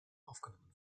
aufgenommen